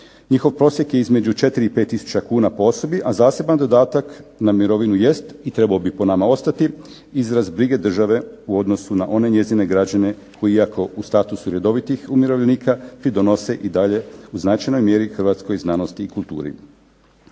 njihov prosjek je između 4 i 5 tisuća kuna po osobi, a zaseban dodatak na mirovinu jest i trebao bi po nama ostati izraz brige države u odnosu na one njezine građane koji iako u statusu redovitih umirovljenika pridonose i dalje u značajnoj mjeri hrvatskoj znanosti i kulturi.